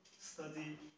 study